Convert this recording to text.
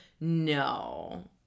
no